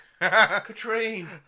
Katrine